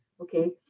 okay